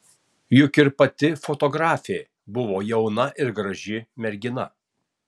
juk ir pati fotografė buvo jauna ir graži mergina